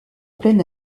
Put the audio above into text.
plein